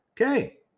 Okay